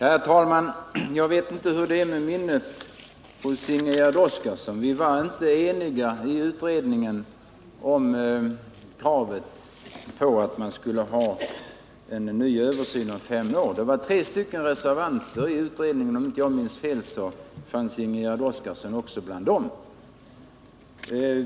Herr talman! Jag vet inte hur det är med minnet hos Ingegärd Oskarsson, för vi var inte eniga i utredningen om kravet på en ny översyn om fem år. Det var tre reservanter i utredningen, och om jag inte minns fel var Ingegärd Oskarsson en av dem.